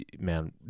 man